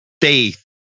faith